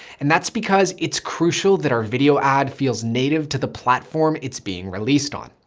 and that's because it's crucial that our video ad feels native to the platform it's being released on.